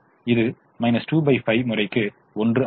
இது 25 முறைக்கு 1 ஆகும்